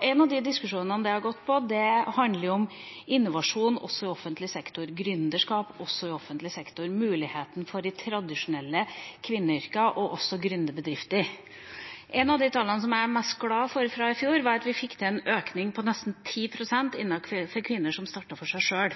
En av diskusjonene har handlet om innovasjon også i offentlig sektor, gründerskap også i offentlig sektor, muligheten for de tradisjonelle kvinneyrkene og også gründerbedrifter. Blant de tallene som jeg er mest glad for fra i fjor, var de som viste at vi fikk til en økning på nesten 10 pst. innenfor området kvinner som starter for seg sjøl.